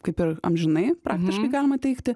kaip ir amžinai praktiškai galima teigti